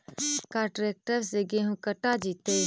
का ट्रैक्टर से गेहूं कटा जितै?